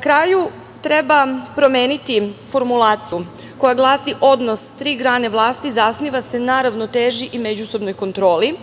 kraju, treba promeniti formulaciju, koja glasi – odnos tri grane vlasti zasniva se na ravnoteži i međusobnoj kontroli,